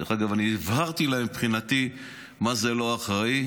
דרך אגב, הבהרתי להם, מה זה לא אחראי